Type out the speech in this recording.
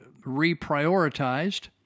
reprioritized